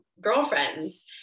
girlfriends